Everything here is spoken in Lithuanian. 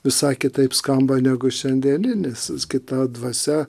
visai kitaip skamba negu šiandieniniskita dvasia